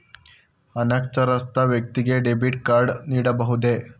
ಅನಕ್ಷರಸ್ಥ ವ್ಯಕ್ತಿಗೆ debit card ನೀಡಬಹುದೇ?